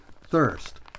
thirst